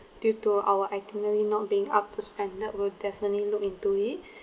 due to our itinerary not being up to standard we'll definitely look into